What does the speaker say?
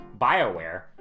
BioWare